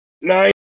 Nine